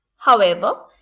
however,